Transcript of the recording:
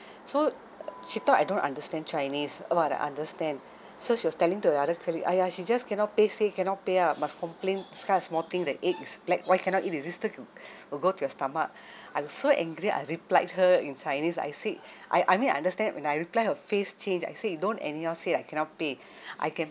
so she thought I don't understand chinese uh but I understand so she was telling to the other colleague !aiya! she just cannot pay say cannot pay ah must complain this kind of small thing the egg is black why cannot eat is it still c~ will go to your stomach I was so angry I replied her in chinese I said I I mean I understand when I reply her face changed I say you don't anyhow say I cannot pay I can